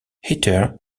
heather